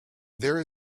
there